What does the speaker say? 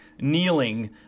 kneeling